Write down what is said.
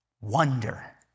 wonder